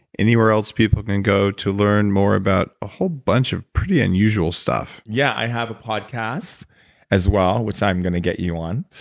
anywhere else people can and go to learn more about a whole bunch of pretty unusual stuff? yeah. i have a podcast as well, which i'm going to get you on